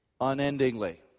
unendingly